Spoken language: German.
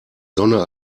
sonne